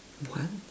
what